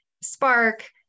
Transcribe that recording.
Spark